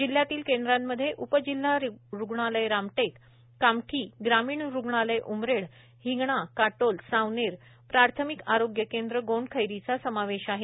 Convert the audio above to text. जिल्ह्यातील केंद्रामध्ये उपजिल्हा रुग्णालय रामटेक कामठी ग्रामीण रुग्णालय उमरेड हिंगणा काटोल सावनेर प्राथमिक आरोग्य केंद्र गोंडखैरीचा समावेश आहे